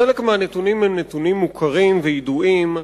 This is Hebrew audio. חלק מהנתונים הם נתונים מוכרים וידועים,